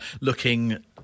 looking